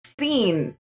seen